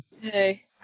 Hey